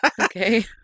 Okay